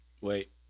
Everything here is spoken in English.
Wait